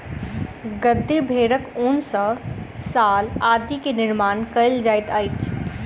गद्दी भेड़क ऊन सॅ शाल आदि के निर्माण कयल जाइत अछि